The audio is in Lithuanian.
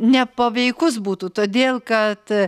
nepaveikus būtų todėl kad